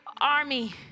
army